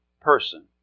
person